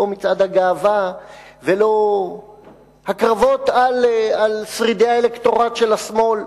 לא מצעד הגאווה ולא הקרבות על שרידי האלקטורט של השמאל.